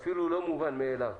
אפילו לא מובן מאליו.